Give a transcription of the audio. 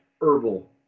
herbal